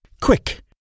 Quick